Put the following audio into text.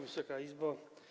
Wysoka Izbo!